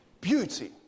Beauty